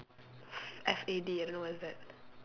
F A D I don't know what is that